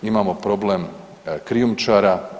Imamo problem krijumčara.